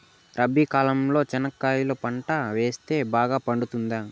రబి కాలంలో చెనక్కాయలు పంట వేస్తే బాగా పండుతుందా?